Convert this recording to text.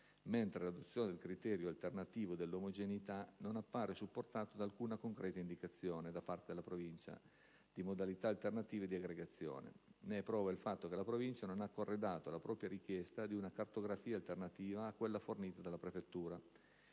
mentre l'adozione del criterio alternativo dell'omogeneità non appare supportato da alcuna concreta indicazione, da parte della Provincia, di modalità alternative di aggregazione. Ne è prova il fatto che la Provincia non ha corredato la propria richiesta di una cartografia alternativa a quella fornita dalla prefettura